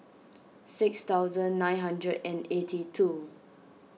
six thousand nine hundred and eighty two